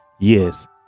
yes